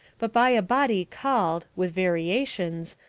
but by a body called, with variations,